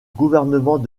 gouvernement